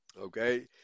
okay